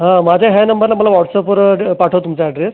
हां माझ्या ह्या नंबरला मला वाॅट्सॲपवर पाठवा तुमचा ॲड्रेस